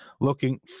looking